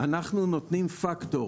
נותנים פקטור